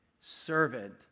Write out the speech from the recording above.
servant